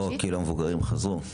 כאילו שהמבוגרים חזרו.